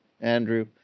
Andrew